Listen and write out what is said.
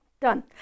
done